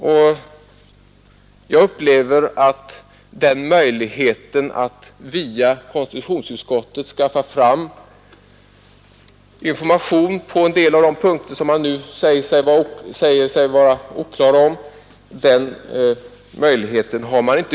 Man har inte till fullo utnyttjat möjligheten att via konstitutionsutskottet skaffa fram information på en del av de punkter man nu säger vara oklara.